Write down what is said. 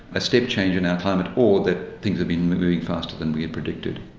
a step change in our climate, or that things have been moving faster than we had predicted.